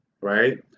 right